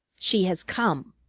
she has come.